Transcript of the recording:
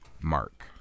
Mark